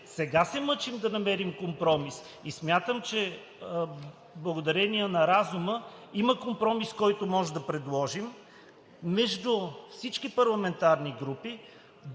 сега се мъчим да намерим компромис и смятам, че благодарение на разума има компромис, който можем да предложим, между всички парламентарни групи